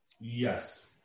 Yes